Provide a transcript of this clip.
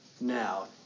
now